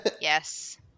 Yes